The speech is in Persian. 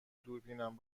دوربینم